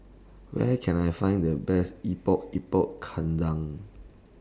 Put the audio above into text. Where Can I Find The Best Epok Epok Kentang